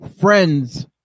friends